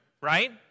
right